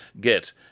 get